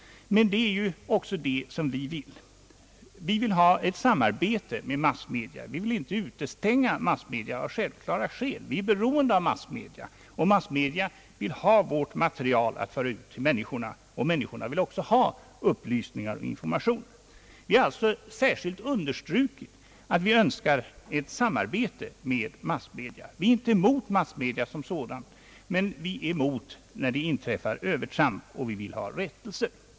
Men det är ju också det som vi vill. Vi vill ha ett samarbete med massmedia. Vi vill inte utestänga massmedia, av självklara skäl. Vi är beroende av massmedia, och massmedia vill ha vårt material att föra ut till människorna. Människorna vill också ha upplysningar och informationer om vår verksamhet. Vi vill alltså särskilt understryka att vi önskar ett samarbete med massmedia. Vi är inte mot massmedia som sådana, men vi är emot att det inträffar övertramp, och vi vill ha rättelse.